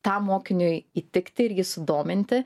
tam mokiniui įtikti ir jį sudominti